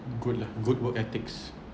good lah good work ethics